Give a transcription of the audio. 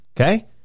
okay